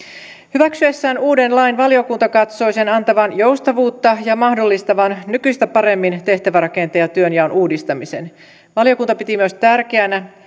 hyväksyessään uuden lain valiokunta katsoi sen antavan joustavuutta ja mahdollistavan nykyistä paremmin tehtävärakenteen ja työnjaon uudistamisen valiokunta piti myös tärkeänä